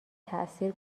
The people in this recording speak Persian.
تاثیر